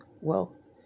wealth